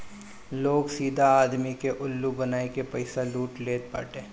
लोग सीधा आदमी के उल्लू बनाई के पईसा लूट लेत बाटे